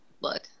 look